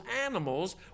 animals